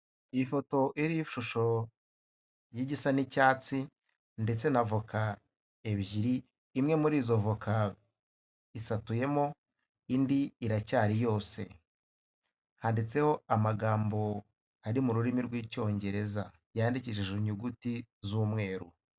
Ifoto iriho ishusho yigisa n'icyatsi ndetse na voka ebyiri, imwe muri izo voka isatuyemo indi iracyari yose, handitseho amagambo ari mu rurimi rw'Icyongereza yandikishijwe inyuguti z'umweru.